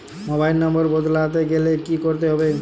Mobile number বদলাতে গেলে কি করতে হবে?